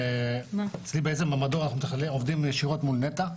אצלי במדור אנחנו עובדים ישירות מול נת"ע,